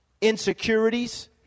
Insecurities